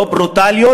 לא ברוטליות,